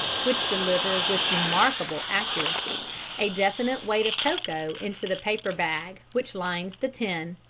which deliver with remarkable accuracy a definite weight of cocoa into the paper bag which lines the tin.